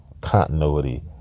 continuity